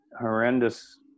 horrendous